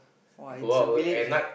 !wah! it's a village ah